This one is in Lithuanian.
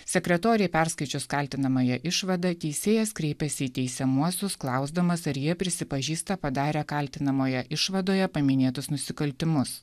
sekretorei perskaičius kaltinamąją išvadą teisėjas kreipėsi į teisiamuosius klausdamas ar jie prisipažįsta padarę kaltinamoje išvadoje paminėtus nusikaltimus